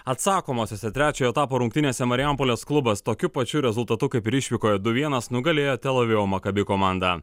atsakomosiose trečiojo etapo rungtynėse marijampolės klubas tokiu pačiu rezultatu kaip ir išvykoje du vienas nugalėjo tel avivo maccabi komandą